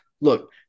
Look